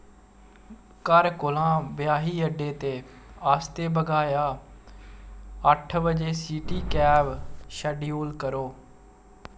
घर कोला ब्हाई अड्डे ते आस्तै भ्यागा अट्ठ बजे सिटी कैब शेड्यूल करो